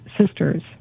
sisters